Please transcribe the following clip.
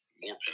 more